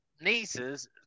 nieces